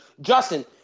Justin